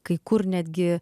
kai kur netgi